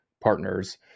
partners